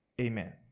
amen